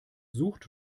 sucht